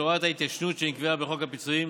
את הוראת ההתיישנות שנקבעה בחוק הפיצויים